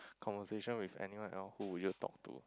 conversation with anyone else who would you talk to